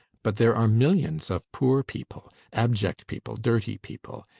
but there are millions of poor people, abject people, dirty people,